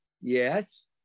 Yes